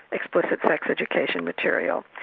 explicit sex education material,